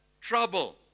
trouble